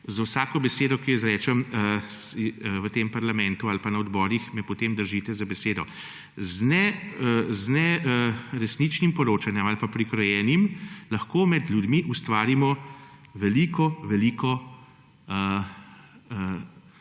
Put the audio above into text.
za vsako besedo, ki jo izrečem v tem parlamentu ali pa na odborih me, potem držite za besedo z neresničnim poročanjem ali pa prikrojenim lahko med ljudmi ustvarimo veliko veliko